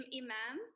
imam